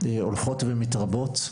הולכות ומתרבות.